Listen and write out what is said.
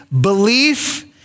belief